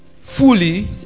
fully